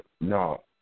no